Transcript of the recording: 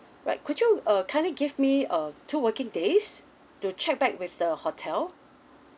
right could you uh kindly give me uh two working days to check back with the hotel